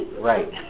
Right